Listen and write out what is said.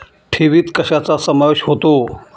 ठेवीत कशाचा समावेश होतो?